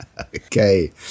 Okay